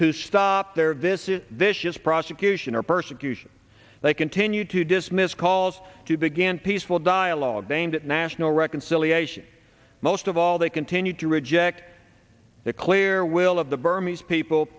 to stop there this is this just prosecution or persecution they continue to dismiss calls to began peaceful dialogue aimed at national reconciliation most of all they continue to reject the clear will of the burmans people